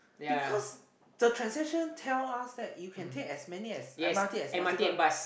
because the transaction tell us that you can take as many as m_r_t as possible